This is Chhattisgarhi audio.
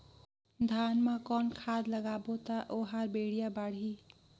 धान मा कौन खाद लगाबो ता ओहार बेडिया बाणही?